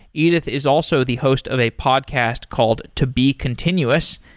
edith is also the host of a podcast called to be continuous,